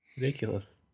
Ridiculous